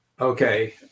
Okay